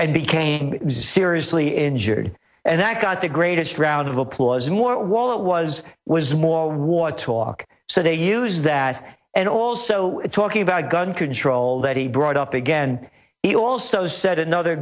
and became seriously injured and that got the greatest round of applause more while it was was more war talk so they use that and also talking about gun control that he brought up again he also said another